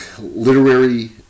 literary